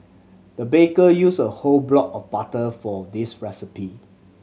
the baker used a whole block of butter for this recipe